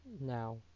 now